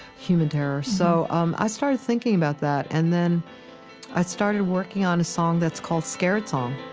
human terror. so um i started thinking about that and then i've started working on a song that's called scared song.